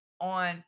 on